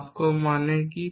বাক্য মানে কি